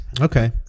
Okay